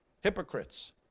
Hypocrites